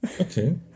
Okay